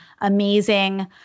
amazing